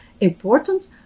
important